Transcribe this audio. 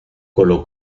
colo